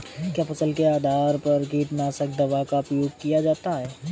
क्या फसल के आधार पर कीटनाशक दवा का प्रयोग किया जाता है?